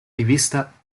rivista